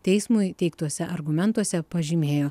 teismui teiktuose argumentuose pažymėjo